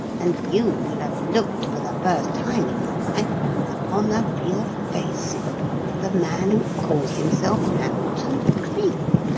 and you will have looked for the first time in your life upon the real face of the man who calls himself hamilton cleek